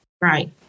right